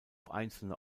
einzelne